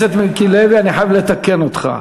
חבר הכנסת מיקי לוי, אני חייב לתקן אותך.